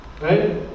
Right